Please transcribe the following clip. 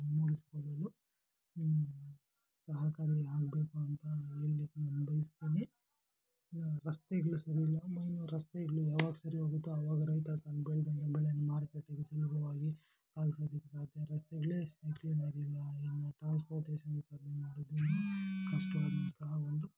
ಮೂಡಿಸಿಕೊಳ್ಳಲು ಸಹಕಾರಿ ಆಗಬೇಕು ಅಂತ ಹೇಳ್ಲಿಕ್ಕೆ ನಾನು ಬಯಸ್ತೀನಿ ರಸ್ತೆಗಳು ಸರಿಯಿಲ್ಲ ರಸ್ತೆಗಳು ಯಾವಾಗ ಸರಿ ಹೋಗುತ್ತೊ ಅವಾಗ ರೈತ ತಾನು ಬೆಳ್ದಂಥ ಬೆಳೆಯನ್ನು ಮಾರುಕಟ್ಟೆಗೆ ಸುಲಭವಾಗಿ ಸಾಗಿಸೋದಕ್ಕೆ ಸಾಧ್ಯ ರಸ್ತೆಗಳೇ ಕ್ಲೀನಾಗಿಲ್ಲ ಇನ್ನೂ ಟ್ರಾನ್ಸ್ಪೋರ್ಟೇಶನ್ ಸರಿ ಮಾಡುವುದಿನ್ನೂ ಕಷ್ಟ ಅಂತಹ ಒಂದು